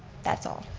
that's all.